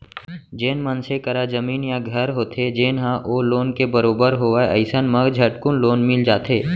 जेन मनसे करा जमीन या घर होथे जेन ह ओ लोन के बरोबर होवय अइसन म झटकुन लोन मिल जाथे